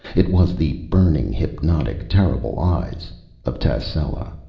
it was the burning, hypnotic, terrible eyes of tascela.